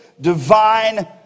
divine